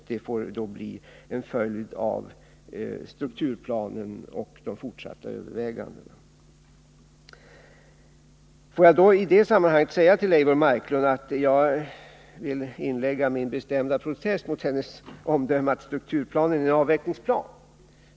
Vårt agerande får bli en följd av strukturplanen och de fortsatta övervägandena. I det sammanhanget vill jag inlägga min bestämda protest mot Eivor Marklunds omdöme att strukturplanen är en avvecklingsplan.